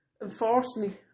unfortunately